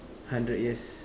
hundred years